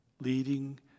leading